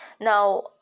Now